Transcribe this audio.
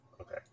Okay